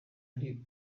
ari